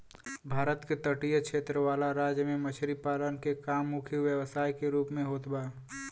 भारत के तटीय क्षेत्र वाला राज्य में मछरी पालन के काम मुख्य व्यवसाय के रूप में होत बा